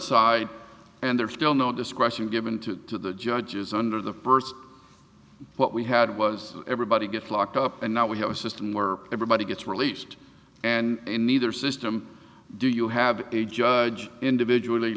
side and there is still no discretion given to the judge's under the first what we had was everybody gets locked up and now we have a system or everybody gets released and in either system do you have the judge individually